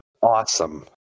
Awesome